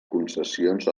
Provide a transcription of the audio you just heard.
concessions